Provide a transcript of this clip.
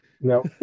No